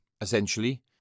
essentially